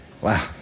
Wow